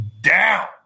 down